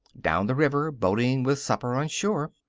down the river, boating, with supper on shore.